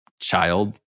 child